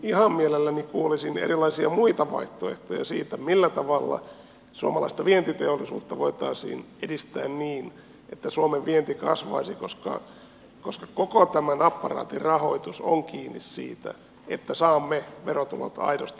ihan mielelläni kuulisin erilaisia muita vaihtoehtoja siitä millä tavalla suomalaista vientiteollisuutta voitaisiin edistää niin että suomen vienti kasvaisi koska koko tämän apparaatin rahoitus on kiinni siitä että saamme verotulot aidosti kasvamaan